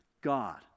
God